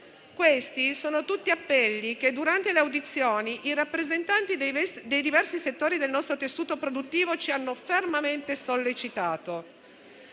Questi sono tutti appelli che durante le audizioni i rappresentanti dei diversi settori del nostro tessuto produttivo ci hanno fermamente sollecitato.